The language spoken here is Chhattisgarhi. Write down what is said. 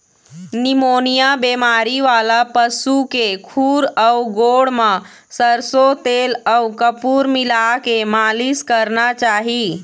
निमोनिया बेमारी वाला पशु के खूर अउ गोड़ म सरसो तेल अउ कपूर मिलाके मालिस करना चाही